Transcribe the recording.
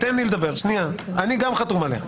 תן לי לדבר, אני גם חתום עליה.